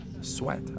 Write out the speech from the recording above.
sweat